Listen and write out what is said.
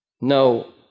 No